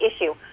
issue